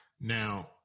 Now